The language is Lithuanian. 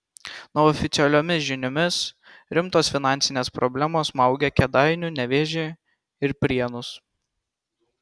neoficialiomis žiniomis rimtos finansinės problemos smaugia kėdainių nevėžį ir prienus